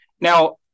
Now